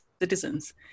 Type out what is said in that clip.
citizens